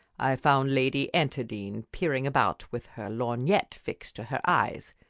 i found lady enterdean peering about with her lorgnette fixed to her eyes,